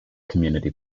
community